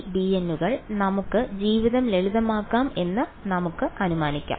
ഈ bn കൾ നമുക്ക് ജീവിതം ലളിതമാക്കാം എന്ന് നമുക്ക് അനുമാനിക്കാം